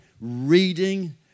reading